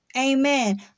amen